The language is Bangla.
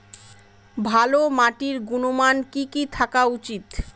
ভালো মাটির গুণমান কি কি থাকা উচিৎ?